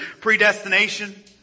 predestination